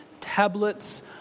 tablets